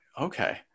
Okay